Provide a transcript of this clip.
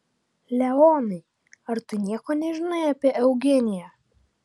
leonai ar tu nieko nežinai apie eugeniją